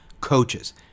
coaches